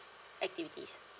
activities